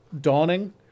dawning